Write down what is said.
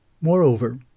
Moreover